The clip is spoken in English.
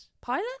pilot